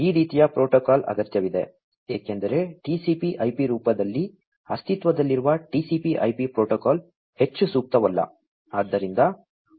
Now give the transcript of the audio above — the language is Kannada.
ಈ ರೀತಿಯ ಪ್ರೋಟೋಕಾಲ್ ಅಗತ್ಯವಿದೆ ಏಕೆಂದರೆ TCP IP ರೂಪದಲ್ಲಿ ಅಸ್ತಿತ್ವದಲ್ಲಿರುವ TCP IP ಪ್ರೋಟೋಕಾಲ್ ಹೆಚ್ಚು ಸೂಕ್ತವಲ್ಲ